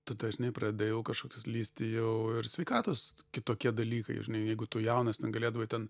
tada žinai pradeda jau kažkokios lįsti jau ir sveikatos kitokie dalykai žinai jeigu tu jaunas ten galėdavai ten